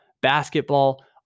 basketball